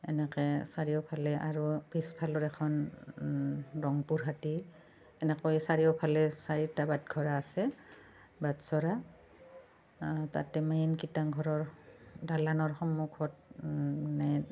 এনেকে চাৰিওফালে আৰু পিছফালৰ এখন দংপুৰহাটী এনেকৈ চাৰিওফালে চাৰিটা বাটঘৰা আছে বাটচ'ৰা তাতে মেইন কীৰ্তনঘৰৰ দালানৰ সন্মুখত মানে